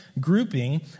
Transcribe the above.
grouping